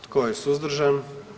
Tko je suzdržan?